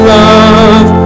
love